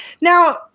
Now